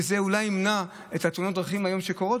כדי שזה אולי ימנע את תאונות הדרכים שקורות